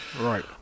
Right